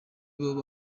abo